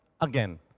again